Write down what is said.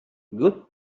good